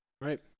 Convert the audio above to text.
Right